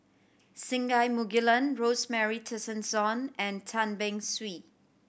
Singai Mukilan Rosemary Tessensohn and Tan Beng Swee